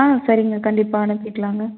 ஆ சரிங்க கண்டிப்பாக அனுப்பிக்கலாங்க